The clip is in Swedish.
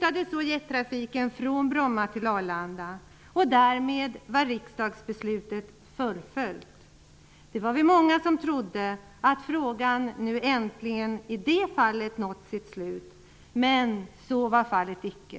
Arlanda. Därmed var riksdagsbeslutet fullföljt. Vi var många som trodde att frågan i det fallet nu äntligen hade nått sitt slut, men så var det inte.